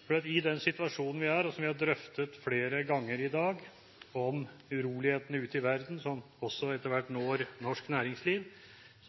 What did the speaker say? presser på dette. For den situasjonen vi er i, og som vi har drøftet flere ganger i dag, om urolighetene ute i verden, som også etter hvert når norsk næringsliv,